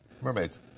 Mermaids